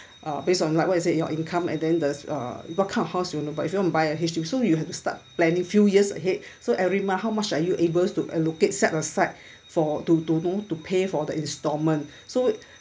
uh based on like what is it your income and then there's uh what kind of house you want to buy if you want buy a H_D_B so you have to start planning few years ahead so every month how much are you able to allocate set aside for to to know to pay for the installment so